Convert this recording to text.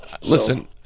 Listen